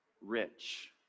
rich